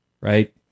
right